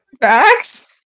Facts